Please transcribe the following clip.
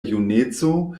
juneco